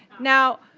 now,